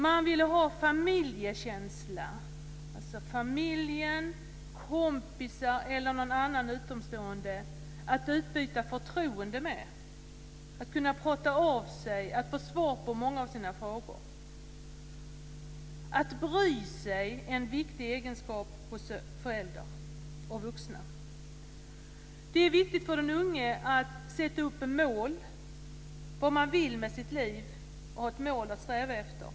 Man vill ha familjekänsla och ha familjen, kompisar eller någon annan utomstående att utbyta förtroende med. Man vill kunna prata av sig och få svar på många av de frågor som man har. Att bry sig är en viktig egenskap hos föräldrar och vuxna. Det är också viktigt för den unge att sätta upp mål för vad man vill med sitt liv och att ha ett mål att sträva efter.